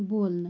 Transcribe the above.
بولنہٕ